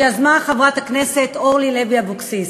שיזמה חברת הכנסת אורלי לוי אבקסיס.